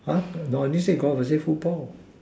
!huh! no I didn't say golf I said football